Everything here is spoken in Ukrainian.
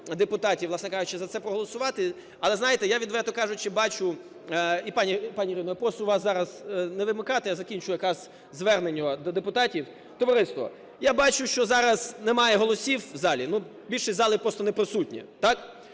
депутатів, власне кажучи, за це проголосувати. Але знаєте, я, відверто кажучи, бачу… і пані Ірина, прошу вас зараз не вимикати, я закінчу якраз звернення до депутатів. Товариство, я бачу, що зараз немає голосів у залі, більшість зали просто не присутня,